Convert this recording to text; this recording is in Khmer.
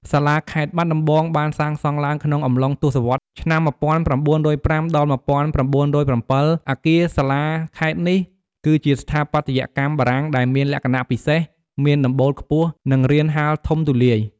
សាលាខេត្តបាត់ដំបង បានសាងសង់ឡើងក្នុងអំឡុងទសវត្សរ៍ឆ្នាំ ១៩០៥ ដល់ ១៩០៧ អគារសាលាខេត្តនេះ គឺជាស្ថាបត្យកម្មបារាំងដែលមានលក្ខណៈពិសេស មានដំបូលខ្ពស់ និងរានហាលធំទូលាយ។